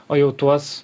o jau tuos